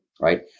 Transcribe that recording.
right